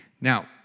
Now